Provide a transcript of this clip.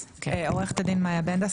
עו"ד מאיה בנדס,